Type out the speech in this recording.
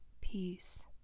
peace